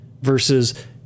versus